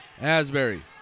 Asbury